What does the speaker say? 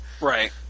Right